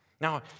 Now